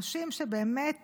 אנשים שבאמת